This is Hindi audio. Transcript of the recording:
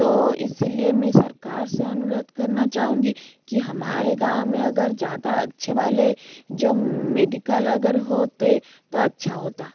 तो इसीलिए मैं सरकार से अनुरोध करना चाहूँगी कि हमारे गाँव में अगर ज़्यादा अच्छे वाले जो मेडिकल अगर होते तो अच्छा होता